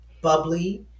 bubbly